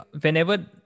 whenever